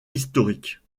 historiques